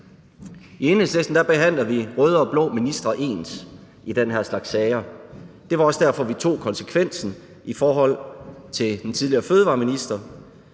I Enhedslisten behandler vi røde og blå ministre ens i den her slags sager. Det var også derfor, vi tog konsekvensen i forhold til den tidligere fødevareminister.